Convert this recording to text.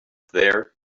there